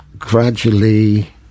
gradually